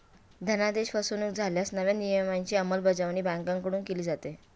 धनादेश फसवणुक झाल्यास नव्या नियमांची अंमलबजावणी बँकांकडून केली जाते